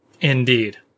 Indeed